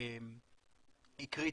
היא קריטית,